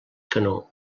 canó